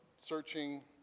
searching